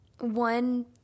one